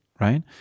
right